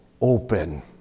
open